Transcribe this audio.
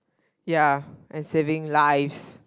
ya I saving lives